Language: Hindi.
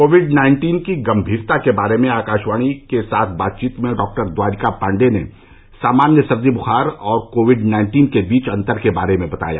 कोविड नाइन्टीन की गंभीरता के बारे में आकाशवाणी के साथ बातचीत में डॉक्टर द्वारिका पाण्डे ने सामान्य सर्दी बुखार और कोविड नाइन्टीन के बीच अंतर के बारे में बताया